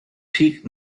peak